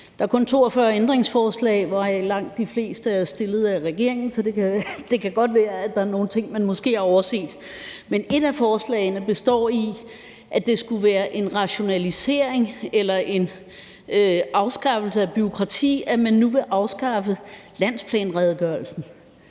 Der er kun 42 ændringsforslag, hvoraf langt de fleste er stillet af regeringen, så det kan godt være, at der er nogle ting, man måske har overset. Men et af forslagene består i, at det skulle være en rationalisering eller en afskaffelse af bureaukrati, at man nu vil afskaffe landsplanredegørelsen.